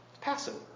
Passover